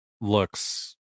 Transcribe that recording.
looks